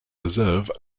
reserve